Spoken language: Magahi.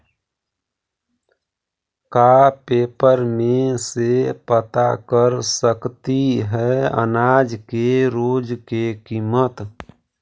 का पेपर में से पता कर सकती है अनाज के रोज के किमत?